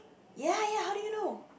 ya ya how do you know